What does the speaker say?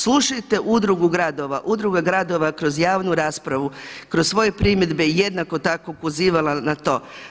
Slušajte Udrugu gradova, Udruga gradova kroz javnu raspravu, kroz svoje primjedbe jednako tako ukazivala na to.